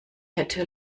hätte